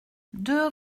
deux